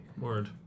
Word